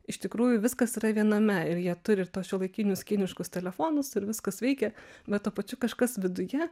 iš tikrųjų viskas yra viename ir jie turi šiuolaikinius kiniškus telefonus ir viskas veikia bet tuo pačiu kažkas viduje